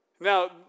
Now